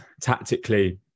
tactically